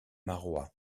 marois